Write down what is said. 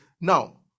Now